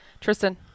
Tristan